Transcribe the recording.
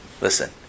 listen